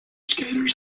skaters